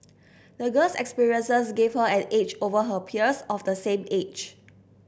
the girl's experiences gave her an edge over her peers of the same age